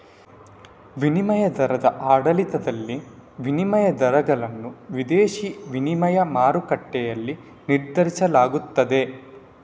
ವಿನಿಮಯ ದರದ ಆಡಳಿತದಲ್ಲಿ, ವಿನಿಮಯ ದರಗಳನ್ನು ವಿದೇಶಿ ವಿನಿಮಯ ಮಾರುಕಟ್ಟೆಯಲ್ಲಿ ನಿರ್ಧರಿಸಲಾಗುತ್ತದೆ